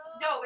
No